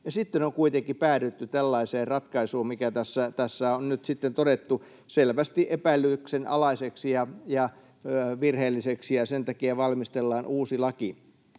sitten on kuitenkin päädytty tällaiseen ratkaisuun, mikä tässä on nyt todettu selvästi epäilyksen alaiseksi ja virheelliseksi, ja sen takia valmistellaan uusi laki.